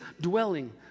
dwelling